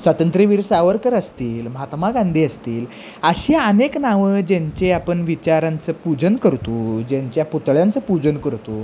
स्वातंत्र्यवीर सावरकर असतील महात्मा गांधी असतील असे अनेक नावं ज्यांचे आपण विचारांचं पूजन करतो ज्यांच्या पुतळ्यांचं पूजन करतो